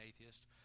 atheist